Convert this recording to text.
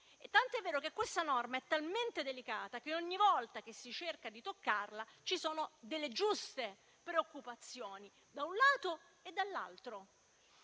delicatissima. Questa norma è talmente delicata che, ogni volta che si cerca di toccarla, ci sono delle giuste preoccupazioni, da un lato e dall'altro.